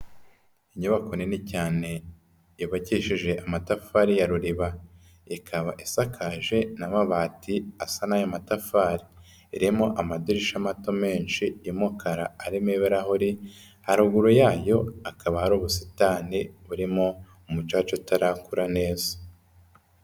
Inyubako nini cyane yubakishije amatafari ya ruriba, ikaba isakaje n'amabati asa n'aya matafari, irimo amadirishya mato menshi y'umukara arimo ibirahure, haruguru yayo hakaba hari ubusitani burimo umucaca utarakura neza.